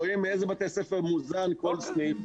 רואים באיזה בתי ספר יוזרם כל סניף,